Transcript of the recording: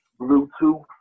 Bluetooth